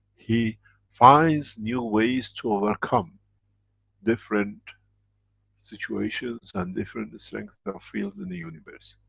he finds new ways to overcome different situations and different strength of field in the universe.